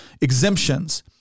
exemptions